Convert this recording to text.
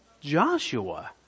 Joshua